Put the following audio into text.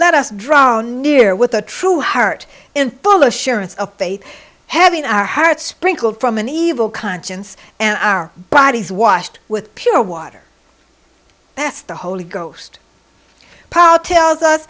let us drown near with a true heart in full assurance of faith having our hearts sprinkled from an evil conscience and our bodies washed with pure water that's the holy ghost power tells us